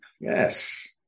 Yes